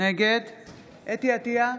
נגד חוה אתי עטייה,